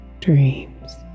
dreams